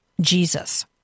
Jesus